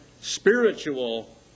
spiritual